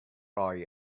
roi